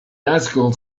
article